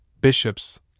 bishops